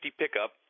pickup